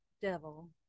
Devil